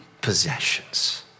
possessions